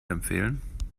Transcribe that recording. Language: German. empfehlen